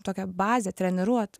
tokią bazę treniruot